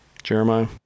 jeremiah